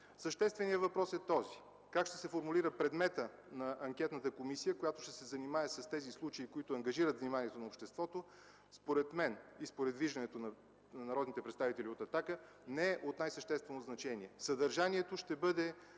Същественият въпрос – как ще се формулира предметът на анкетната комисия, която ще се занимае с тези случаи, които ангажират вниманието на обществото, според мен и според виждането на народните представители от „Атака” не е от най съществено значение. Съдържанието ще бъде